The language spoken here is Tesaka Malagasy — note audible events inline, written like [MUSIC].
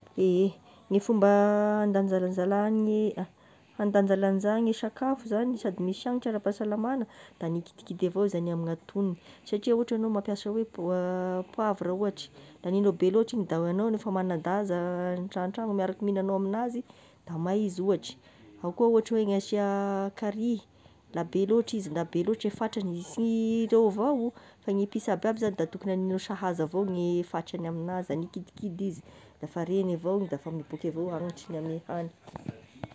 Ehe ny fomba andanzalanzagny- andananjalanjagny sakafo zagny sady misy hanitry ara-pasalamagna, da mikidikidy avao zagny amign'antognony, satria raha ohatry enao mampiasa oe [HESITATION] poivre ohatry da agninao be loatra igny nefa enao manadaza antragno miaraka mignana amignazy da may izy ohatry, ao koa ohatry hoe ny hasia [HESITATION] carry la be loatry izy na be loatry e fatrany sy [HESITATION] ireo avao, fa ny épice aby aby zany da tokony anome sahaza avao ny fantrany amin'azy de amy kidikidy izy dafa regny avao igny da fa mibaoka avao hanitra gnamin'ny hany.